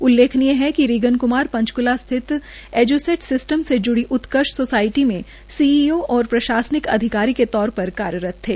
उल्लेखनीय है कि रीगन क्मार पंचकूला स्थित एज्सेट सिस्टम से जुड़ी उत्कर्ष सोसायटी में सीईओ और प्रशासनिक अधिकारी के तौर पर कार्यरत थे